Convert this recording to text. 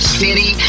city